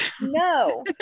no